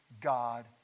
God